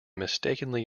mistakenly